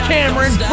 Cameron